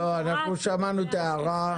שמענו את ההערה.